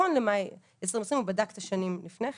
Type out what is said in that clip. נכון למאי 2020, הוא בדק את השנים לפני כן,